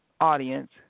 audience